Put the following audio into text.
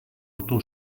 otto